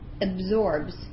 absorbs